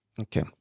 Okay